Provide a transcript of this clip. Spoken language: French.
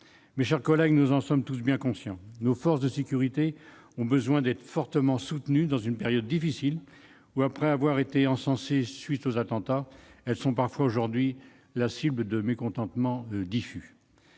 Mes chers collègues, nous en sommes tous conscients, nos forces de sécurité ont besoin d'être fortement soutenues dans une période difficile, dans laquelle, après avoir été encensées à la suite des attentats, elles sont parfois la cible de mécontentements diffus.